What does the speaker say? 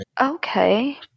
Okay